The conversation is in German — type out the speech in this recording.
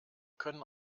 können